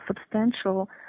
substantial